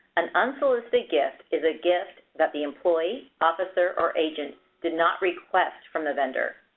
an unsolicited gift is a gift that the employee, officer, or agent did not request from the vendor.